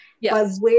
Yes